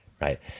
right